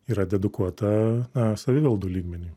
yra dedukuota savivaldų lygmeniu